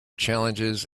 challenges